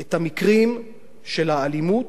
את המקרים של האלימות,